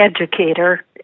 educator